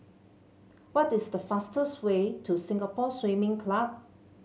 what is the fastest way to Singapore Swimming Club